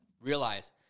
realize